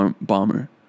Bomber